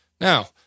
Now